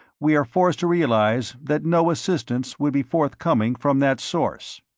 we were forced to realize that no assistance would be forthcoming from that source.